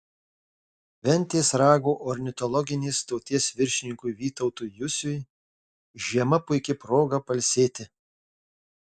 ventės rago ornitologinės stoties viršininkui vytautui jusiui žiema puiki proga pailsėti